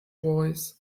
voice